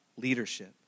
leadership